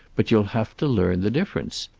but you'll have to learn the difference.